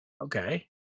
Okay